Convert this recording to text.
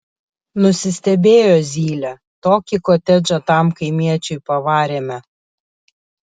nusistebėjo zylė tokį kotedžą tam kaimiečiui pavarėme